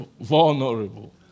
Vulnerable